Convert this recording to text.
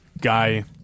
guy